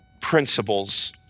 principles